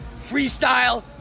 freestyle